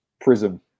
Prism